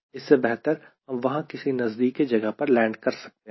इससे बेहतर हम वहां किसी नजदीकी जगह पर लैंड कर सकते हैं